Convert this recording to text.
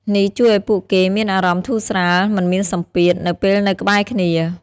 នេះជួយឲ្យពួកគេមានអារម្មណ៍ធូរស្រាល មិនមានសម្ពាធ នៅពេលនៅក្បែរគ្នា។